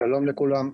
שלום לכולם.